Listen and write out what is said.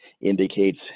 indicates